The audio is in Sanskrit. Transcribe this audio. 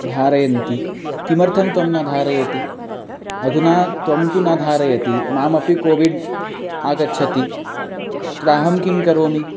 धारयन्ति किमर्थं त्वं न धारयति अधुना त्वं तु न धारयति मामपि कोविड् आगच्छति तदाहं किं करोमि